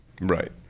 Right